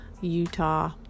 Utah